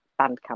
Bandcamp